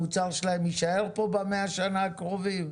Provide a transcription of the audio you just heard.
המוצר שלהם יישאר פה ב-100 שנה הקרובים.